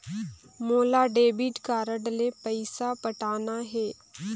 मोला debit card ले पइसा पटाना हे?